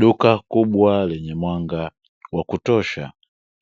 Duka kubwa lenye mwanga wa kutosha